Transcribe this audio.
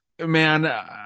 man